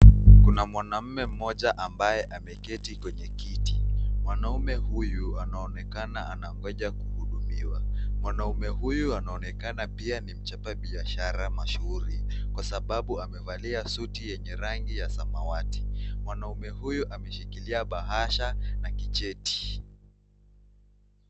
Kuna mwanaume mmoja ambaye ameketi kwenye kiti. Mwanaume huyu anaonekana anangonja kuhudumiwa. Mwanaume huyu anaonekana pia ni mchapa biashara mashuhuru kwa sababu amevalia suti yenye rangi ya samawati. Mwanaume huyu ameshikilia bahasha na kicheti.